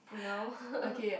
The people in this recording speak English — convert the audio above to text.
no